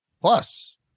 Plus